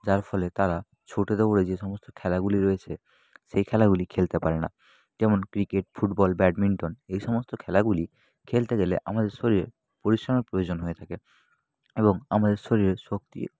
যার ফলে তারা ছোটোদের বয়সী যেসমস্ত খেলাগুলি রয়েছে সেই খেলাগুলি খেলতে পারে না যেমন ক্রিকেট ফুটবল ব্যাডমিন্টন এই সমস্ত খেলাগুলি খেলতে গেলে আমাদের শরীরে পরিশ্রমের প্রয়োজন হয়ে থাকে এবং আমাদের শরীরের শক্তি